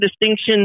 distinction